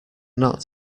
not